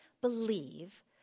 believe